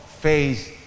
face